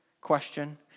question